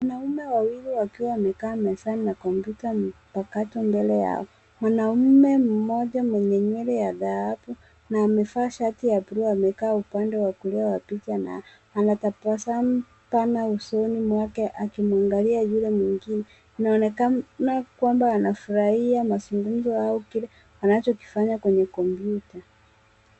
Wanaume wawili wakiwa wamekaa mezani na kompyuta mpakato mbele yao. Mwanaume mmoja mwenye nywele ya dhahabu, na amevaa shati ya bluu amekaa upande wa kulia wa picha na anatabasamu sana usoni mwake akimwangalia yule mwingine. Inaonekana kwamba anafurahia mazungumzo hayo kile wanachokifanya kwenye kompyuta.